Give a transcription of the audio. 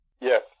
Yes